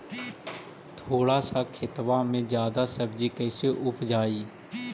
थोड़ा सा खेतबा में जादा सब्ज़ी कैसे उपजाई?